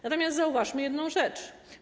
Natomiast zauważmy jedną rzecz.